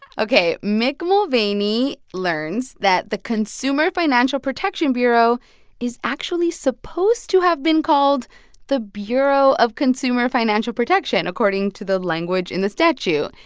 ok, mick mulvaney learns that the consumer financial protection bureau is actually supposed to have been called the bureau of consumer financial protection, according to the language in the statute.